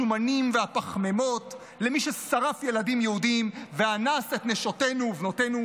השומנים והפחמימות למי ששרף ילדים יהודים ואנס את נשותינו ובנותינו,